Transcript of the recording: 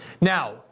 Now